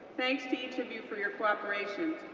thanks to each of you for your cooperation.